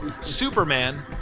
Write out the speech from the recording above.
Superman